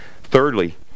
Thirdly